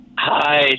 Hi